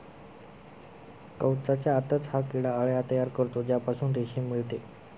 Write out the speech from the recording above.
कवचाच्या आतच हा किडा अळ्या तयार करतो ज्यापासून रेशीम मिळते